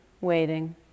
waiting